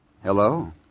Hello